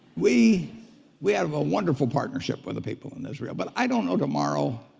we we have a wonderful partnership with the people in israel, but i don't know tomorrow.